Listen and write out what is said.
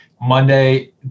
Monday